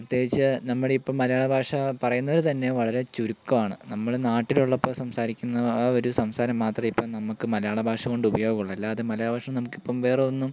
പ്രത്യേകിച്ച് നമ്മുടെ ഇപ്പം മലയാള ഭാഷ പറയുന്നത് തന്നെ വളരെ ചുരുക്കമാണ് നമ്മൾ നാട്ടിലുള്ളപ്പോൾ സംസാരിക്കുന്ന ആ ഒരു സംസാരം മാത്രമേ ഇപ്പം നമുക്ക് മലയാള ഭാഷ കൊണ്ട് ഉപയോഗമുള്ളു അല്ലാതെ മലയാള ഭാഷ നമുക്ക് ഇപ്പം വേറെ ഒന്നും